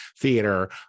theater